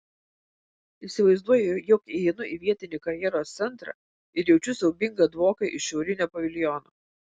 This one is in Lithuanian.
įsivaizduoju jog įeinu į vietinį karjeros centrą ir jaučiu siaubingą dvoką iš šiaurinio paviljono